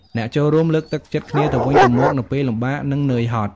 អ្នកចូលរួមលើកទឹកចិត្តគ្នាទៅវិញទៅមកនៅពេលលំបាក និងនឿយហត់។